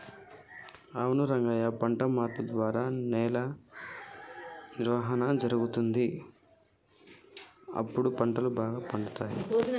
అవును రంగయ్య పంట మార్పు ద్వారా నేల నిర్వహణ జరుగుతుంది, గప్పుడు పంటలు బాగా పండుతాయి